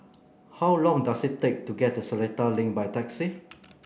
how long does it take to get to Seletar Link by taxi